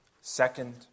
Second